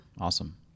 awesome